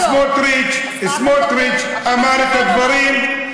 אז סמוטריץ אמר את הדברים,